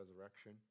resurrection